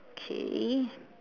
okay